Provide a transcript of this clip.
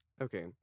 Okay